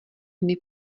dny